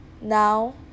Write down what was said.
now